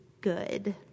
good